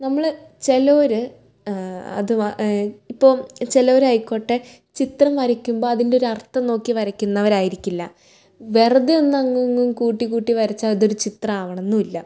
നമ്മള് ചിലര് അത് ഇപ്പോൾ ചിലവരായിക്കോട്ടെ ചിത്രം വരയ്ക്കുമ്പം അതിൻ്റെ ഒരർത്ഥം നോക്കി വരക്കുന്നവരായിരിക്കില്ല വെറുതെ ഒന്ന് അങ്ങ് ഇങ്ങും കൂട്ടി കൂട്ടി വരച്ചാൽ അത് ചിത്രം ആകണം എന്നില്ല